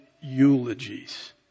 eulogies